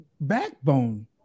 backbone